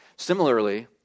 Similarly